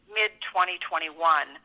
mid-2021